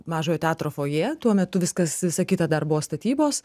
mažojo teatro foje tuo metu viskas visa kita dar buvo statybos